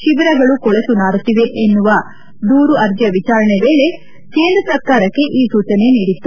ಶಿಬಿರಗಳು ಕೊಳೆತು ನಾರುತ್ತಿವೆ ಎನ್ನುವ ದೂರು ಅರ್ಜಿಯ ವಿಚಾರಣೆಯ ವೇಳೆ ಕೇಂದ್ರ ಸರ್ಕಾರಕ್ಕೆ ಈ ಸೂಚನೆ ನೀಡಿತ್ತು